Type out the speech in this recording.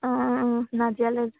অঁ অঁ অঁ নাজিৰালৈ